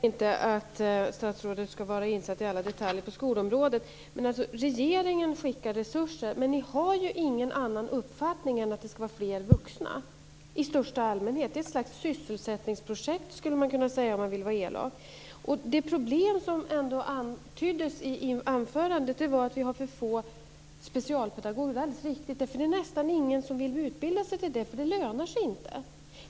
Fru talman! Jag begär inte att statsrådet ska vara insatt i alla detaljer på skolområdet. Men regeringen skickar resurser, men ni har ju ingen annan uppfattning än att det ska vara fler vuxna i största allmänhet. Det är ett slags sysselsättningsprojekt skulle man kunna säga om man vill vara elak. Det problem som ändå antyddes i anförandet var att vi har för få specialpedagoger. Det är alldeles riktigt. Det är nästan ingen som vill utbilda sig till det, för det lönar sig inte.